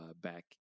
back